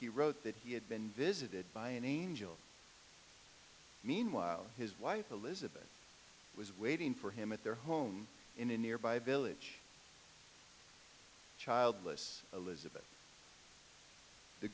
he wrote that he had been visited by an angel meanwhile his wife elizabeth was waiting for him at their home in a nearby village childless elizabeth the